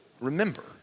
remember